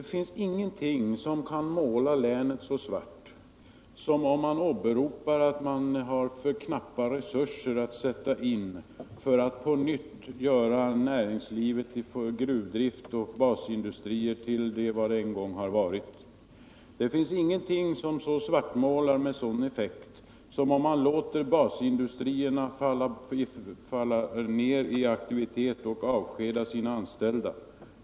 i Det finns ingenting som målar framtiden så svart för länet som att åberopa att man har för knappa resurser att sätta in för att på nytt göra näringslivet i form av gruvdrift och basindustrier till vad det en gång har varit. Det finns ingenting som svartmålar med sådan effekt som om man låter basindustrierna falla ned i aktivitet och avskedar sina anställda.